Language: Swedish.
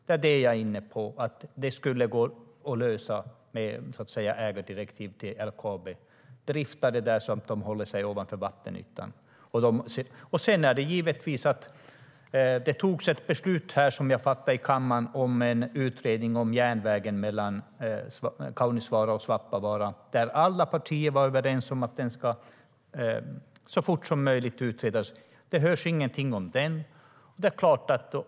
Det är vad jag är inne på, och det skulle gå att lösa med ägardirektiv till LKAB om att drifta. Såvitt jag förstår har det fattats ett beslut här i kammaren om en utredning om järnvägen mellan Kaunisvaara och Svappavaara. Alla partier var överens om att den skulle utredas så fort som möjligt. Det hörs ingenting om det.